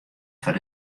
foar